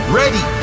ready